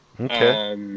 Okay